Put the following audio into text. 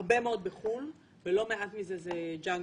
הרבה מאוד בחו"ל, ולא מעט מזה זה junk bonds.